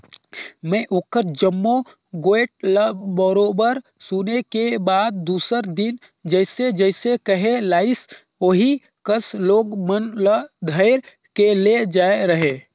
में ओखर जम्मो गोयठ ल बरोबर सुने के बाद दूसर दिन जइसे जइसे कहे लाइस ओही कस लोग मन ल धइर के ले जायें रहें